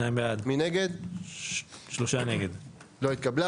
הצבעה בעד, 2 נגד, 3 נמנעים, 0 הרביזיה לא התקבלה.